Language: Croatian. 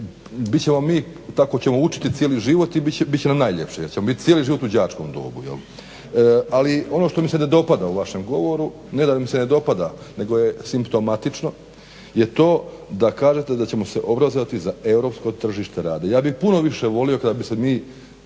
ćemo mi, tako ćemo učiti cijeli život i bit će nam najljepše jer ćemo biti cijeli život u đačkom dobu jel'. Ali, ono što mi se ne dopada u vašem govoru, ne da mi se ne dopada nego je simptomatično je to da kažete da ćemo se obrazovati za europsko tržište rada. Ja bih puno više volio kada bi se mi